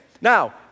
Now